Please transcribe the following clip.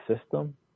system